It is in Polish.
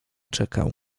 czekał